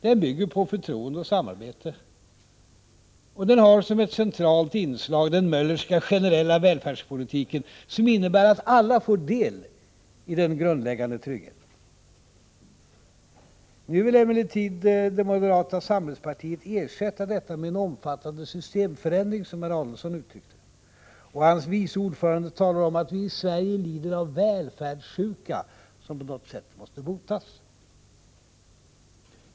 Den bygger på förtroende och samarbete, och den har som ett centralt inslag den Möllerska, generella välfärdspolitiken, som innebär att alla får del i den grundläggande tryggheten. Nu vill emellertid moderata samlingspartiet ersätta detta med en ”omfattande systemförändring”, som herr Adelsohn uttryckt det. Hans vice ordförande talar om att vi i Sverige lider av ”välfärdssjuka”, som på något sätt måste botas.